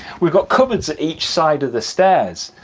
we've got cupboards at each side of the stairs.